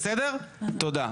תודה.